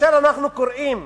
כאשר אנחנו קוראים